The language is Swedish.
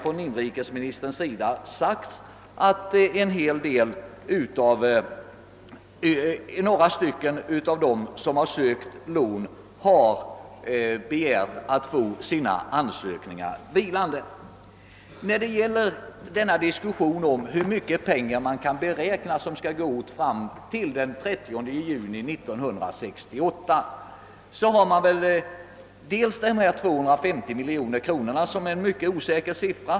Som inrikesministern har sagt har dessutom några av dem som sökt lån begärt att deras ansökningar skall få vila. Siffran 250 miljoner kronor är således mycket osäker.